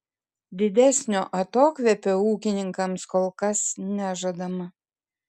didesnio atokvėpio ūkininkams kol kas nežadama